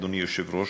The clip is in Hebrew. אדוני היושב-ראש.